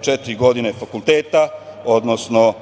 četiri godine fakulteta, odnosno